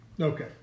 Okay